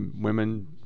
women